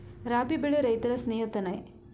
ರಾಬಿ ಬೆಳೆ ರೈತರ ಸ್ನೇಹಿತನೇ?